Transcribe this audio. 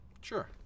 Sure